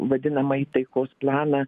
vadinamąjį taikos planą